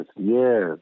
yes